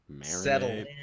settle